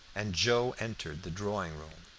and joe entered the drawing-room.